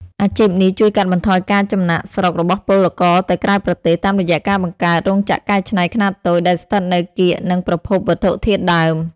អាជីពនេះជួយកាត់បន្ថយការចំណាកស្រុករបស់ពលករទៅក្រៅប្រទេស តាមរយៈការបង្កើតរោងចក្រកែច្នៃខ្នាតតូចដែលស្ថិតនៅកៀកនឹងប្រភពវត្ថុធាតុដើម។